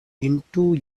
into